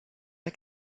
the